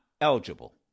eligible